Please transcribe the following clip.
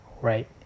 right